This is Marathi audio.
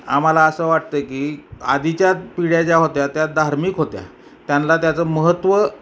आम्हाला असं वाटतं की आधीच्या पिढ्या ज्या होत्या त्या धार्मिक होत्या त्यान्ला त्याचं महत्त्व